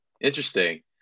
interesting